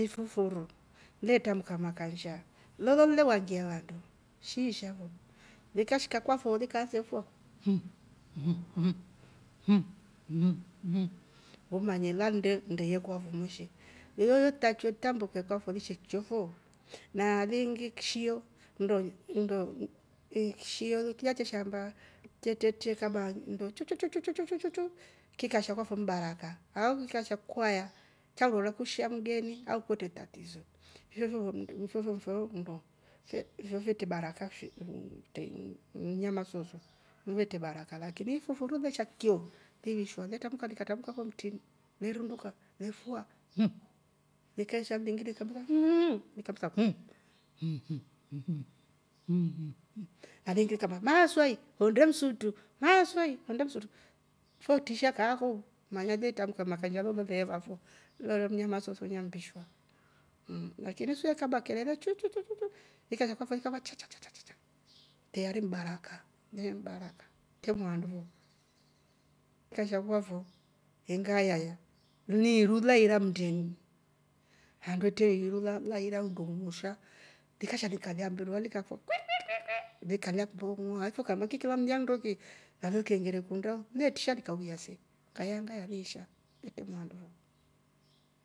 Ifuufuru le trambuka makansha leve levangia vandu shi isha fo likashika kwafo lika ansa ifua mh! Mhh! Mh! Mhh! Umanye lannde ndye kwafo moshi yoyo litrakiwe litrambuke kwafo chiyo fo na liingi kshio na liingi kyshio kila cheshaamba che tretia ikaba nndo chu- chu- chu- chu kikasha kwako ni baraka au chikasha kwaya chakurora kusha mgeni au kwete tatiso fyo- fyo- fyo ndi fyoofyoo fyetre baraka mnyama sooso etre baraka lakini ifuufuru leshya kichyo li vishwa le trambuka litrambuka fo mtrini le runduka le fua, mmh! Likeesha liingi likambesa mmmm! Likambesa mmh! Mmmh! Mmh! Na veengi vikaamba maaswai onde msutru. maaswai onde msutru fe trisha kaafo manya le trambuka makansha fo lolo le va fo lolo mnyama so ne mvishwa lakini so kaba kelele chwi! Chwi! Chwi! Ikasha kwafo liikeshwa chacha teyari ni baraka. yooyo nbaraka kwetre mwaandu fo. Ikasha kwafo ingayaya ni iruu lahira mndeni handru hetre iru lahira undunngusha likasha likalya mbirwa likafua kwi! Kwi! Kwi! Likalya mbonng'oha ife ukambaa nniki alya nndo ki nalo keengera ikunda le tisha likauya ye, ngayaya liisha yetre mwaandu fo.